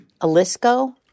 Alisco